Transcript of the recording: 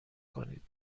کنید